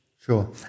Sure